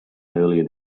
earlier